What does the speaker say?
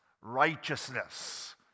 righteousness